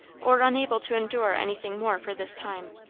or unable to endure anything more for this time.